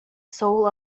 soul